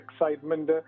excitement